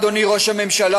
אדוני ראש הממשלה,